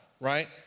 right